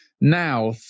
now